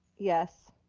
yes.